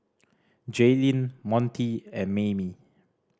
Jaylynn Montie and Maymie